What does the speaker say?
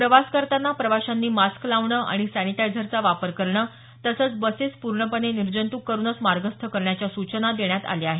प्रवास करताना प्रवाशांनी मास्क लावणं आणि सॅनिटायझरचा वापर करणं तसंच बसेस पूर्णपणे निर्जंतूक करुनच मार्गस्थ करण्याच्या सूचना देण्यात आल्या आहेत